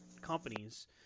companies